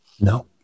No